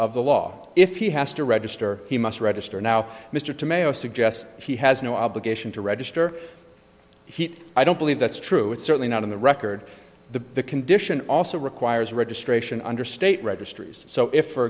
of the law if he has to register he must register now mr tomato suggests he has no obligation to register heat i don't believe that's true it's certainly not in the record the condition also requires registration under state registries so if for